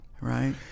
Right